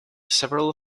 several